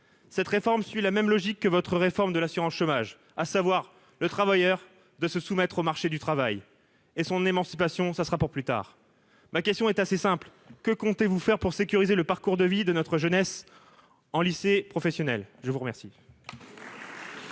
cette réforme suit la même logique que votre réforme de l'assurance chômage, à savoir le travailleur de se soumettre au marché du travail, et son émancipation ça sera pour plus tard, ma question est assez simple : que comptez-vous faire pour sécuriser le parcours de vie de notre jeunesse en lycée professionnel, je vous remercie.